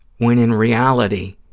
when, in reality,